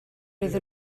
iddyn